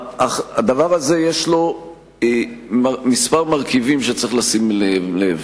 לדבר הזה יש כמה מרכיבים שצריך לשים לב אליהם.